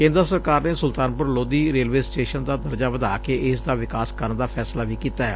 ਕੇਂਦਰ ਸਰਕਾਰ ਨੇ ਸੁਲਤਾਨਪੁਰ ਲੋਧੀ ਰੇਲਵੇ ਸਟੇਸ਼ਨ ਦਾ ਦਰਜਾ ਵਧਾ ਕੇ ਇਸ ਦਾ ਵਿਕਾਸ ਕਰਨ ਦਾ ਫੈਸਲਾ ਵੀ ਕੀਤੈ